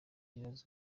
n’ibibazo